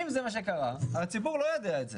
אם זה מה שקרה הציבור לא יודע את זה.